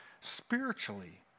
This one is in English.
spiritually